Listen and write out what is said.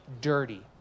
dirty